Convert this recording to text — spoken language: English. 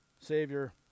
Savior